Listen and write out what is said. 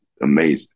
amazing